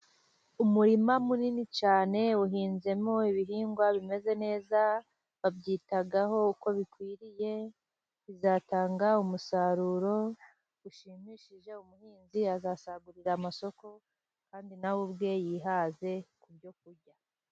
Umurima munini cyane uhinzemo ibihingwa bimeze neza, babyitaga uko bikwiriye bizatanga umusaruro ushimishije. Umuhinzi azasagurira amasoko kandi nawe ubwe yihaze ku byo kurya.